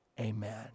Amen